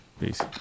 Peace